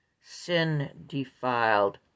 sin-defiled